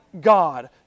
God